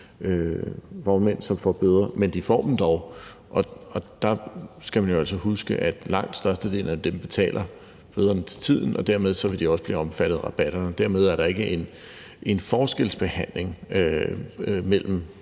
som får bøder, men de får dem dog, og der skal man jo altså huske, at langt størstedelen af dem betaler bøderne til tiden, og dermed vil de også blive omfattet af rabatterne. Dermed er der ikke en forskelsbehandling mellem